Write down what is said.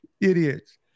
idiots